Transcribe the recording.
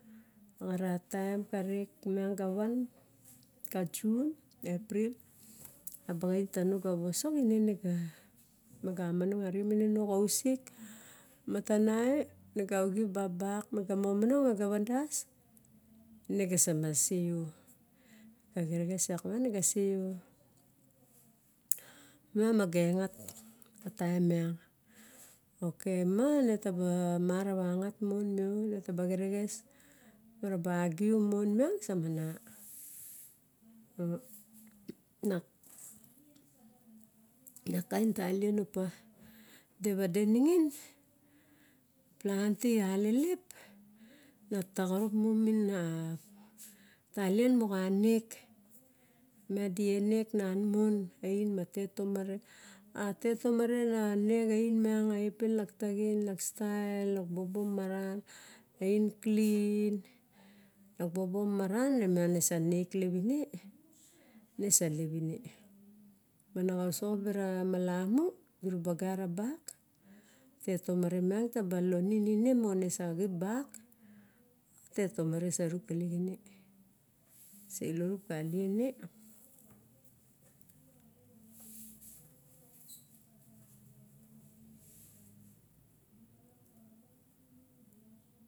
Ora taem ka rek miang ga van, ka june april. A baxin tano ga vevosox, nene ga mega monono arixen mine nao xa ausik, matanai nega xip a bak nega momonong ega vadas nega sa se yao. Ga xerexes lak miang ga se yao. Ma mage ngat ka taon miang. Ok ma me taba mara vangat meo ne taba xerexes maraba agiu mon miong samana na kain talien opa di vade ningin planti a lelep, na taxonop muminin a talien moxaniek. Miang die nekna mon ein matet tomare a tet tomare na nek a ein miang a epa ren lok taxin, muing ne sa nek lep ine, nesa lep ine. Mana xasoxo bara malemu durana gara bak, tetomare sa niep kalixime, salorupaliene